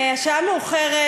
השעה מאוחרת,